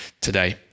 today